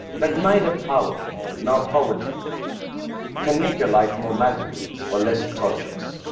that neither power nor poverty can make your life more magical or less tortuous.